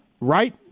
Right